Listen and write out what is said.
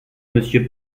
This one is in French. monsieur